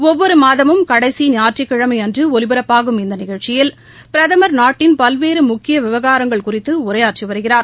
ஒவ்வொரு மாதமும் கடைசி ஞாயிற்றுக்கிழமை அன்று ஒலிபரப்பாகும் இந்த நிகழ்ச்சியில் பிரதமர் நாட்டின் பல்வேறு முக்கிய விவகாரங்கள் குறித்து உரையாற்றி வருகிறார்